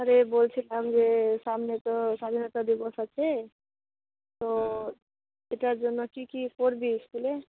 হ্যাঁ রে বলছিলাম যে সামনে তো স্বাধীনতা দিবস আছে তো এটার জন্য কি কি করবি স্কুলে